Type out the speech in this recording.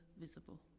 Visible